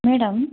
madam